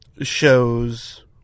shows